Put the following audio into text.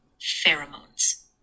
Pheromones